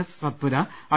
A സ് Satpura I